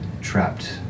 trapped